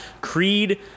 creed